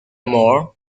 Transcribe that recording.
more